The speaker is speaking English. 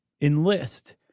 enlist